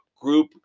group